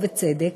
ובצדק,